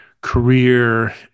career